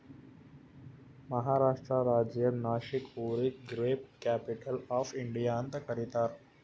ಮಹಾರಾಷ್ಟ್ರ ರಾಜ್ಯದ್ ನಾಶಿಕ್ ಊರಿಗ grape capital of India ಅಂತ್ ಕರಿತಾರ್